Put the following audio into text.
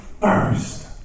first